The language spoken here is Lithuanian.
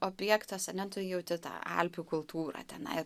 objektas ane tu jauti tą alpių kultūrą tenai